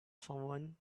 someone